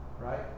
Right